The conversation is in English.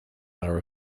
are